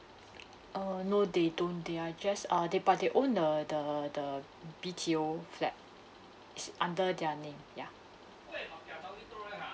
err no they don't they are just uh they but they own the the the B_T_O flat it's under their name ya